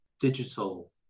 digital